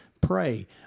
pray